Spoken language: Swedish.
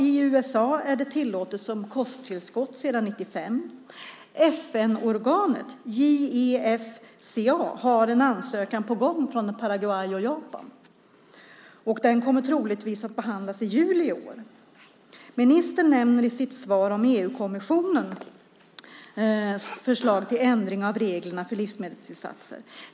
I USA är det tillåtet som kosttillskott sedan 1995. FN-organet JEFCA har en ansökan på gång från Paraguay och Japan. Den kommer troligtvis att behandlas i juli i år. Ministern nämner i sitt svar EU-kommissionens förslag till ändring av reglerna för livsmedelstillsatser.